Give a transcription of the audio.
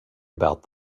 about